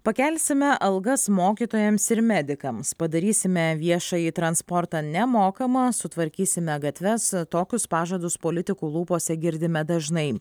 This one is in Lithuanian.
pakelsime algas mokytojams ir medikams padarysime viešąjį transportą nemokamą sutvarkysime gatves tokius pažadus politikų lūpose girdime dažnai